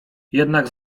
jednak